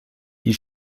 die